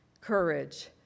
courage